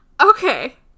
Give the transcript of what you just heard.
okay